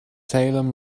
salem